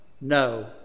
no